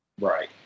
Right